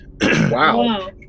Wow